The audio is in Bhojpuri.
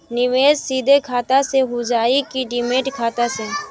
निवेश सीधे खाता से होजाई कि डिमेट खाता से?